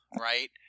right